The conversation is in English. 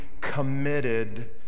committed